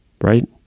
right